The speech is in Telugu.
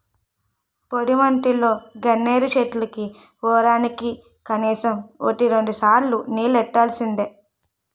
పొడిమట్టిలో గన్నేరు చెట్లకి వోరానికి కనీసం వోటి రెండుసార్లు నీల్లెట్టాల్సిందే